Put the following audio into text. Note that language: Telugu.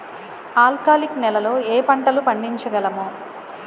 ఆల్కాలిక్ నెలలో ఏ పంటలు పండించగలము?